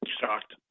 shocked